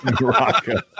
Morocco